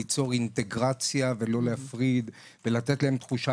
ליצור אינטגרציה ולא להפריד ולתת להם תחושה